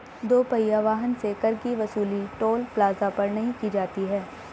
दो पहिया वाहन से कर की वसूली टोल प्लाजा पर नही की जाती है